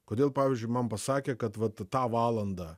kodėl pavyzdžiui man pasakė kad vat tą valandą